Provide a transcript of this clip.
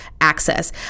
access